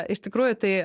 iš tikrųjų tai